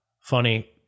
funny